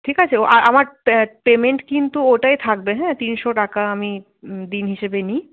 ঠিক আছে ও আর আমার পেমেন্ট কিন্তু ওটাই থাকবে হ্যাঁ তিনশো টাকা আমি দিন হিসেবে নিই